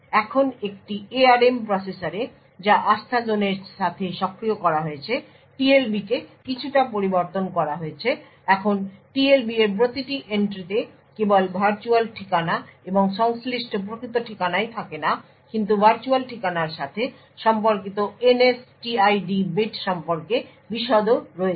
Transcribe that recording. এখন একটি ARM প্রসেসরে যা আস্থাজোনের সাথে সক্রিয় করা হয়েছে TLB কে কিছুটা পরিবর্তন করা হয়েছে এখন TLB এর প্রতিটি এন্ট্রিতে কেবল ভার্চুয়াল ঠিকানা এবং সংশ্লিষ্ট প্রকৃত ঠিকানাই থাকে না কিন্তু ভার্চুয়াল ঠিকানার সাথে সম্পর্কিত NSTID বিট সম্পর্কে বিশদও রয়েছে